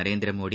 Narendra Modi